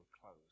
close